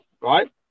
right